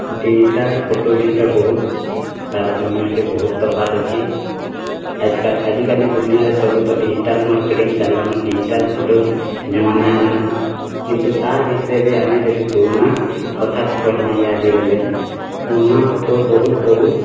digital photo ଭିତରେ ବହୁତ୍ ତାରତମ୍ୟ ଅଛି ବହୁତ୍ ତଫାତ୍ ଅଛି ଆଜ୍କାଲ୍ ଆଜିକାଲି ଦୁନିଆରେ ସବୁ ତ ଡିଜିଟାଲ୍ ମାର୍କେଟିଂ ଚାଲିଲାନ ଡିଜିଟାଲ୍ ଫଟୋ ଜମାନା ହେଲାନୁ କିନ୍ତୁ ତାରି ଭିତରେ ବି ଆମେ ଯଦି ପୁରୁଣା କଥା କହିଁବା ୟାଦି ବେଲେ ପୁରୁଣା ଫଟୋ ବହୁତ୍ ବହୁତ୍